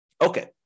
Okay